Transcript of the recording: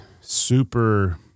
super